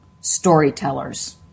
storytellers